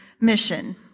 mission